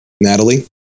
Natalie